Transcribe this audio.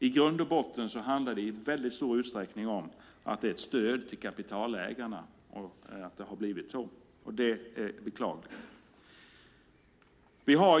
I grund och botten handlar det i stor utsträckning om att det är ett stöd till kapitalägarna som har gjort att det har blivit så, och det är beklagligt.